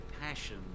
passion